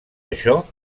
això